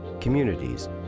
communities